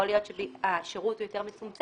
יכול להיות שהשירות הוא יותר מצומצם,